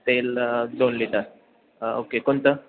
तेल दोन litre okay कोणतं